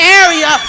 area